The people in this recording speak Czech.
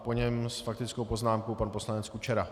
Po něm s faktickou poznámkou pan poslanec Kučera.